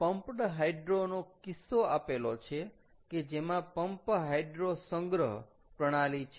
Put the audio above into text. તો આ pumped hydro નો કિસ્સો આપેલો છે કે જેમાં પંપ હાઈડ્રો સંગ્રહ પ્રણાલી છે